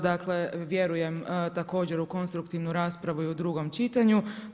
Dakle vjerujem također u konstruktivnu raspravu i u drugom čitanju.